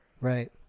Right